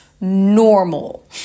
normal